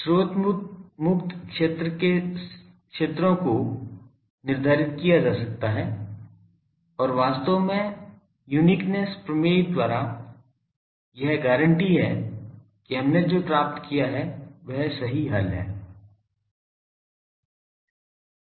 स्रोत मुक्त क्षेत्र के क्षेत्रों को निर्धारित किया जा सकता है और वास्तव में युनिकेनेस्स प्रमेय द्वारा एक गारंटी है कि हमने जो प्राप्त किया है वह सही समाधान है